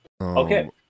Okay